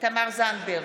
תמר זנדברג,